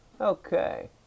Okay